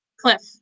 Cliff